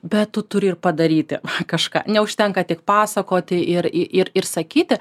bet tu turi ir padaryti kažką neužtenka tik pasakoti ir ir ir sakyti